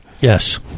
Yes